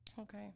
Okay